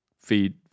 feed